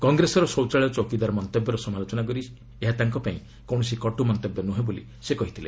କଂଗ୍ରେସର ଶୌଚାଳୟ ଚୌକିଦାର ମନ୍ତବ୍ୟର ସମାଲୋଚନା କରି ଏହା ତାଙ୍କ ପାଇଁ କୌଣସି କଟୁମନ୍ତବ୍ୟ ନୁହେଁ ବୋଲି ସେ କହିଥିଲେ